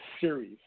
series